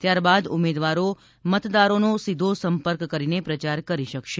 ત્યારબાદ ઉમેદવારો મતદારોનો સીધો સંપર્ક કરીને પ્રચાર કરી શકશે